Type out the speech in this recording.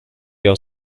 your